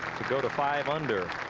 to go to five under.